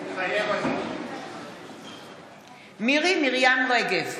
מתחייב אני מירי מרים רגב,